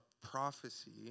prophecy